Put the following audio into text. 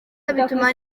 bituma